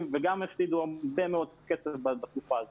וגם הם הפסידו הרבה מאוד כסף בתקופה הזאת.